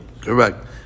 Correct